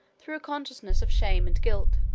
through a consciousness of shame and guilt,